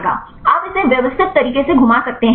आप इसे व्यवसित तरीके से घुमा सकते हैं